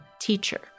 teacher